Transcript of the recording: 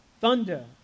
thunder